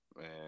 Man